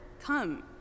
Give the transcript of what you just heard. come